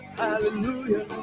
hallelujah